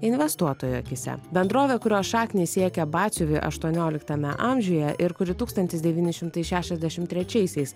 investuotojų akyse bendrovė kurios šaknys siekia batsiuvį aštuonioliktame amžiuje ir kuri tūkstantis devyni šimtai šešiasdešim trečiaisiais